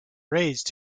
raised